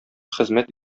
хезмәт